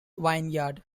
vineyards